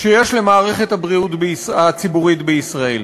של מערכת הבריאות הציבורית בישראל.